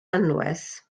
anwes